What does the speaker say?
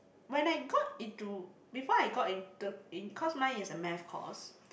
when I got into before I got into the cause mine is a maths course